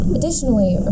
Additionally